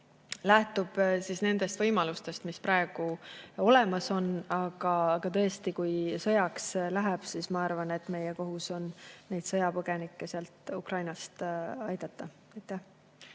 lähtub nendest võimalustest, mis praegu olemas on. Aga tõesti, kui sõjaks läheb, siis ma arvan, et meie kohus on sõjapõgenikke Ukrainast aidata.